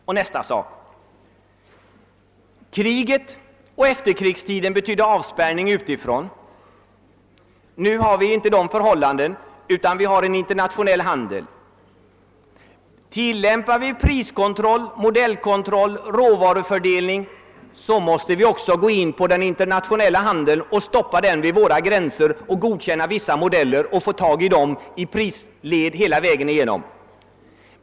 Och vidare: Kriget och efterkrigstiden betydde avspärrning utifrån. Nu råder inte sådana förhållanden, utan vi har en internationell handel. Tillämpar vi priskontroll, modellkontroll och råvarufördelning måste vi också gå in på den internationella handeln och stoppa den vid våra gränser, godkänna vissa modeller och hålla kontroll över dem i prisledet hela vägen igenom.